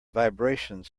vibrations